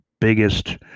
Biggest